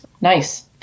Nice